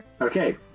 okay